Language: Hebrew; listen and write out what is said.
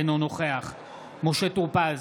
אינו נוכח משה טור פז,